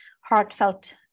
heartfelt